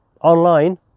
online